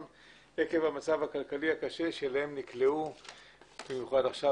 עקב המצב הכלכלי הקשה אליו נקלעו במיוחד עכשיו,